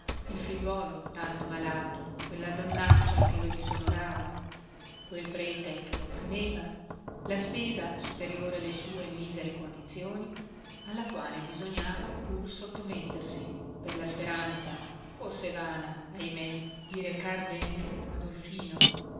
il figliuolo tanto malato quella donnaccia che lo disonorava quel prete che lopprimeva la spesa superiore alle sue misere condizioni alla quale bisognava pur sottomettersi per la speranza forse vana ahimé di recar bene a dolfino